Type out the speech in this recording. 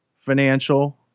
financial